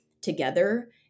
together